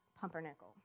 Pumpernickel